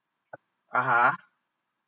(uh huh)